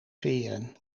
veren